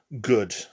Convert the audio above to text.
good